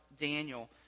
Daniel